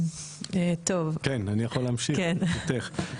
אני יכול להמשיך, ברשותך?